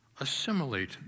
assimilate